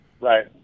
Right